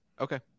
Okay